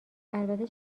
البته